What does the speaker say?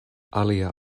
alia